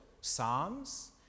psalms